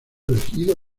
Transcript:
elegido